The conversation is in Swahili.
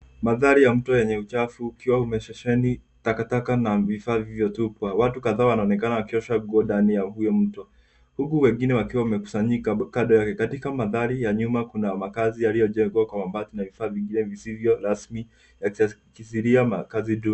Mandhari ya mto yenye uchafu, ukiwa umeshesheni takataka na vifaa vilivyotupwa. Watu kadhaa wanaonekana wakiosha nguo ndani ya huyo mto, huku wengine wakiwa wamekusanyika kando yake. Katika mandhari ya nyuma kuna makazi yaliyojengwa kwa mabati na vifaa vingine visivyo rasmi yakiashiria makazi duni.